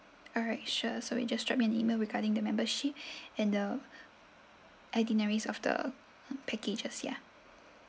alright sure so we just drop you an email regarding the membership and the itineraries of the packages ya